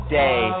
day